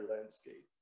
landscape